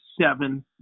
seven